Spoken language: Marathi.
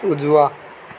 उजवा